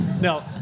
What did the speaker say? no